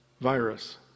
virus